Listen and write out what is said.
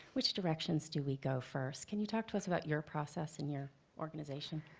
which directions do we go first? can you talk to us about your process and your organization?